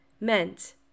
meant